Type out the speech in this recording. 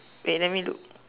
wait let me look